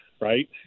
right